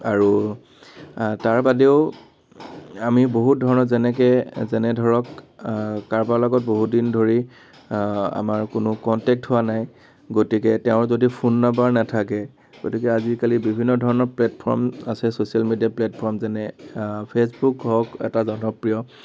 আৰু তাৰ বাদেও আমি বহুত ধৰণত যেনেকৈ যেনে ধৰক কাৰোবাৰ লগত বহুত দিন ধৰি আমাৰ কোনো কন্টেক হোৱা নাই গতিকে তেওঁৰ যদি ফোন নাম্বাৰ নাথাকে গতিকে আজিকালি বিভিন্ন ধৰণৰ প্লেটফৰ্ম আছে চ'চিয়েল মিডিয়া প্লেটফৰ্ম যেনে ফেচবুক হওক এটা জনপ্ৰিয়